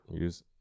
use